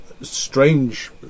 strange